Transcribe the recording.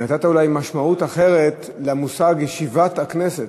ונתת אולי משמעות אחרת למושג "ישיבת הכנסת",